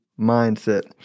mindset